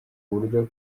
buryo